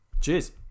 cheers